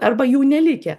arba jų nelikę